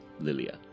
Lilia